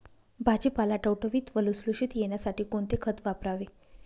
भाजीपाला टवटवीत व लुसलुशीत येण्यासाठी कोणते खत वापरावे?